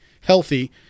healthy